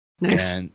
Nice